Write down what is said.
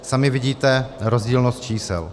Sami vidíte rozdílnost čísel.